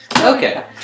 Okay